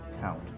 count